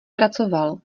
pracoval